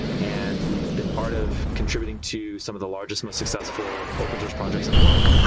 and we've been part of contributing to some of the largest, most successful open source projects in the world.